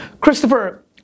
Christopher